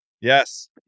Yes